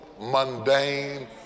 mundane